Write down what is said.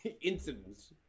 incidents